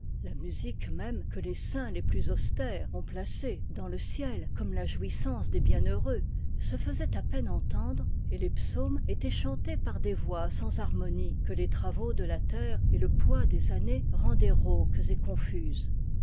la musique même que les saints les plus austères ont placée dans le ciel comme la jouissance des bienheureux se faisait à peine entendre et les psaumes étaient chantés par des voix sans harmonie que les travaux de la terre et le poids des années rendaient rauques et confuses